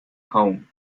home